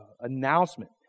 announcement